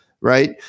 right